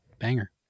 Banger